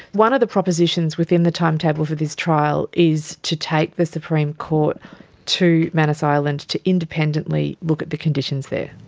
one of the propositions within the timetable for this trial is to take the supreme court to manus island to independently look at the conditions there.